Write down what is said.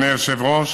אדוני היושב-ראש,